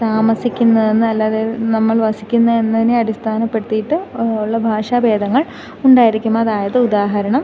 താമസിക്കുന്നത് എന്നല്ലാതെ നമ്മൾ വസിക്കുന്ന എന്നതിനെ അടിസ്ഥാനപ്പെടുത്തിയിട്ട് ഉള്ള ഭാഷാഭേദങ്ങൾ ഉണ്ടായിരിക്കും അതായത് ഉദാഹരണം